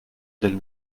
del